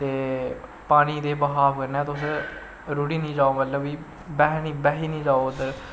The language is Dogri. ते पानी दे बहाब कन्नै तुस रुढ़ी नीं जाओ मतलव कि बही नी जाओ उध्दर